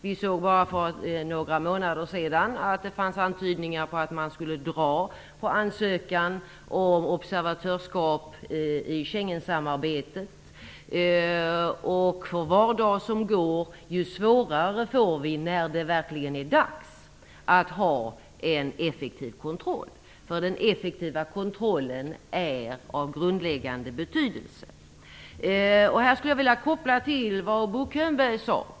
Vi såg bara för några månader sedan att det fanns antydningar om att man skulle dra på ansökan om observatörsskap i Schengensamarbetet. För var dag som går blir det allt svårare när det verkligen blir dags att ha en effektiv kontroll. Den effektiva kontrollen är av grundläggande betydelse. Här vill jag anknyta till det som Bo Könberg sade.